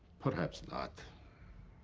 perhaps not.